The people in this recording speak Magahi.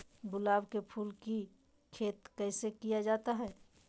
गुलाब के फूल की खेत कैसे किया जाता है?